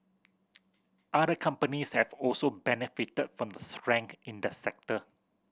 other companies have also benefited from the strength in the sector